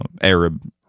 Arab